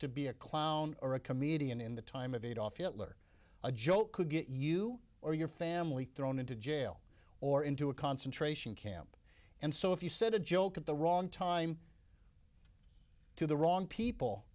to be a clown or a comedian in the time of adolf hitler a joke could get you or your family thrown into jail or into a concentration camp and so if you set a joke at the wrong time to the wrong people